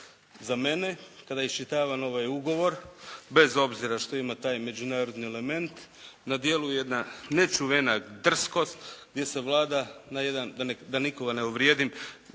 Za mene kad iščitavam ovaj ugovor bez obzira što ima taj međunarodni element, na djelu je jedna nečuvena drskost gdje se Vlada na jedan da nikoga ne uvrijedim,